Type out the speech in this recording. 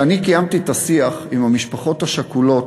כשאני קיימתי את השיח עם המשפחות השכולות,